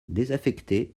désaffectée